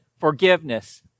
forgiveness